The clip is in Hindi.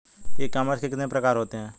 ई कॉमर्स के कितने प्रकार होते हैं?